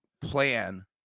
plan